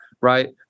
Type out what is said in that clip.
right